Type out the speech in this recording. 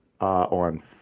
on